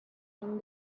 can